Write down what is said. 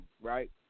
right